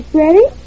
ready